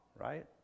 right